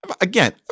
Again